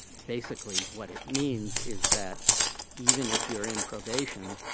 basically what it means is that even if you're in probation,